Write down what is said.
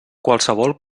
qualsevol